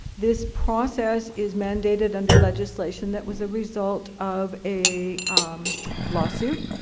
this process is mandated under legislation that was a result of a lawsuit,